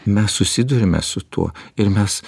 mes susiduriame su tuo ir mes